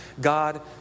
God